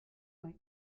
might